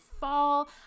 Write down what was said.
fall